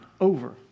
over